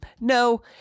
no